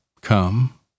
come